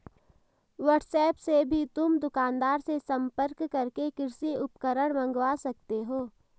WhatsApp से भी तुम दुकानदार से संपर्क करके कृषि उपकरण मँगवा सकते हो